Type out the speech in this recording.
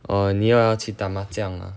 orh 你要去打麻将 ah